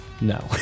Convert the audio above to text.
No